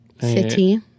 City